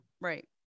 Right